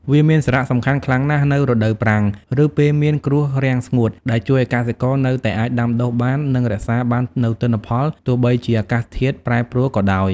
វាមានសារៈសំខាន់ខ្លាំងណាស់នៅរដូវប្រាំង ឬពេលមានគ្រោះរាំងស្ងួត ដែលជួយឲ្យកសិករនៅតែអាចដាំដុះបាន និងរក្សាបាននូវទិន្នផល ទោះបីជាអាកាសធាតុប្រែប្រួលក៏ដោយ។